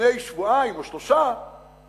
לפני שבועיים או שלושה שבועות,